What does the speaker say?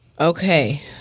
Okay